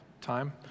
time